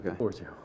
Okay